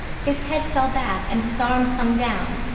his head fell back and his arms hung down,